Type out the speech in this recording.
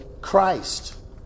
Christ